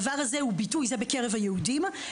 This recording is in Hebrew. זה בקרב היהודים.